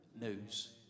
news